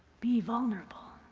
be vulnerable